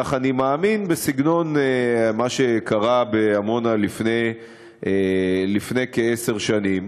כך אני מאמין בסגנון מה שקרה בעמונה לפני כעשר שנים.